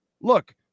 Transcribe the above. Look